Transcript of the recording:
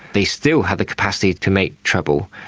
they still had the capacity to make trouble.